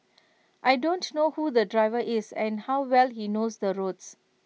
I don't know who the driver is and how well he knows the roads